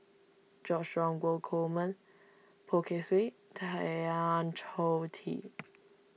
George Dromgold Coleman Poh Kay Swee Tan Choh Tee